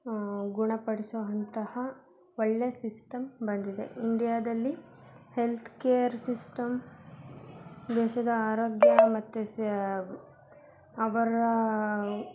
ಗುಣಪಡಿಸುವಂತಹ ಒಳ್ಳೆಯ ಸಿಸ್ಟಮ್ ಬಂದಿದೆ ಇಂಡಿಯಾದಲ್ಲಿ ಹೆಲ್ತ್ ಕೇರ್ ಸಿಸ್ಟಮ್ ದೇಶದ ಆರೋಗ್ಯ ಮತ್ತು ಸ ಅವರ